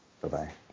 Bye-bye